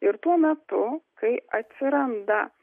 ir tuo metu kai atsiranda